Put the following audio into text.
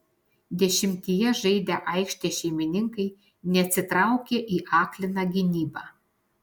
dešimtyje žaidę aikštės šeimininkai neatsitraukė į akliną gynybą